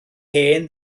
hen